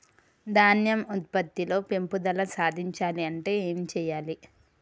ధాన్యం ఉత్పత్తి లో పెంపుదల సాధించాలి అంటే ఏం చెయ్యాలి?